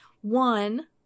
One